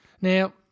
now